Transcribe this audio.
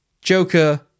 Joker